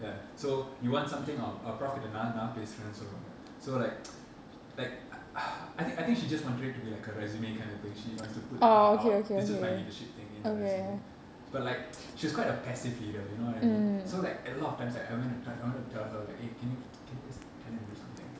ya so you want something or or prof கிட்டநான்நான்பேசுறேனுசொல்லுவாங்க:kitta naan pesurenu solluvaanka so like like I think I think she just wanted it to be like a resume kind of thing she wants to put that out this is my leadership thing in my resume but like she was quite a passive leader you know what I mean so like a lot of times like I went to t~ I wanted to tell her like eh can you can you just tell him do something